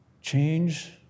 Change